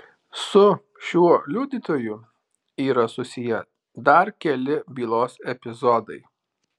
su šiuo liudytoju yra susiję dar keli bylos epizodai